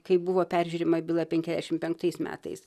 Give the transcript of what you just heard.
kaip buvo peržiūrima byla penkiasdešim penktais metais